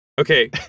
Okay